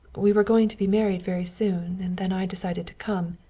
we were going to be married very soon, and then i decided to come.